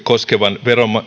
koskevan